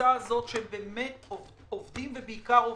הקבוצה של עובדים ובעיקר עובדות,